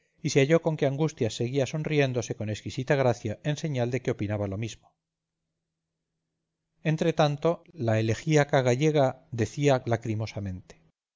y se halló con que angustias seguía sonriéndose con exquisita gracia en señal de que opinaba lo mismo entretanto la elegíaca gallega decía